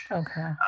okay